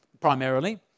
primarily